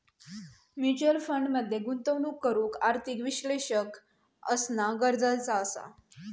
mutual fund मध्ये गुंतवणूक करूक आर्थिक विश्लेषक असना गरजेचा असा